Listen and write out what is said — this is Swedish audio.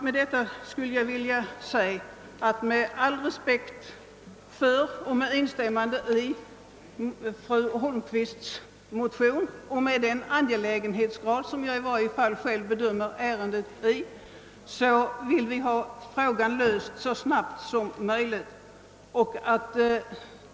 Med all respekt för och med instämmande i vad fru Holmqvist anfört i sin motion och med hänsyn till den angelägenhetsgrad, som i varje fall jag själv anser att ärendet har, skulle jag vilja säga att vi vill ha frågan löst så snabbt som möjligt.